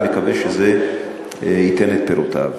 ואני מקווה שזה ייתן את פירותיו.